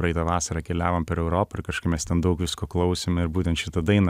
praeitą vasarą keliavom per europą ir kažkaip mes ten daug visko klausėm ir būtent šitą dainą